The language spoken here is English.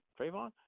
Trayvon